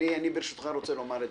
כל הכבוד.